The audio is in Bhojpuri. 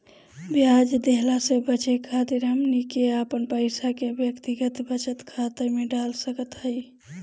ब्याज देहला से बचे खातिर हमनी के अपन पईसा के व्यक्तिगत बचत खाता में डाल सकत हई